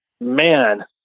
man